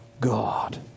God